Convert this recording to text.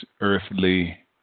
earthly